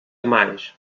demais